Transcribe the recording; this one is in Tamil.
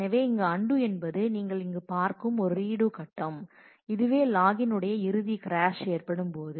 எனவே இங்கு அன்டூ என்பது நீங்கள் இங்கு பார்க்கும் ஒரு ரீடு கட்டம் இதுவே லாகின் உடைய இறுதி கிராஷ் ஏற்படும்போது